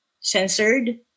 censored